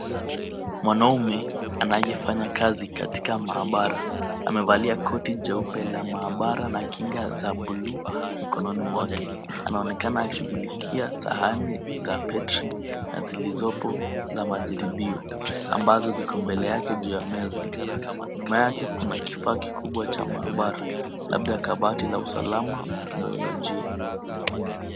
Mwanaume anajifanya kazi katika maabara amevalia koti jeupe la maabara na kinga za blue mikononi mwake . Anaonekana akishughulikia sahani za petri zilizopo za majaribio ambazo ziko mbele yake juu ya meza. Nyuma yake kuna kifaa kikubwa cha maabara labda kabati la usalama kidogo wa kibiolojia.